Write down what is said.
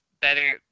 better